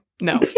No